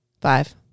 Five